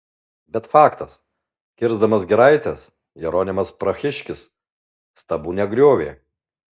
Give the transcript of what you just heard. bet faktas kirsdamas giraites jeronimas prahiškis stabų negriovė